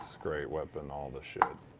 great weapon, all the shit.